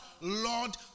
Lord